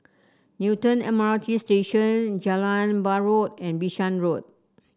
Newton M R T Station Jalan Buroh and Bishan Road